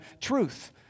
truth